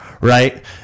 right